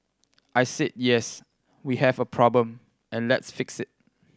I said yes we have a problem and let's fix it